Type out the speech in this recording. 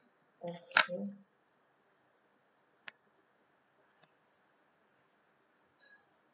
mmhmm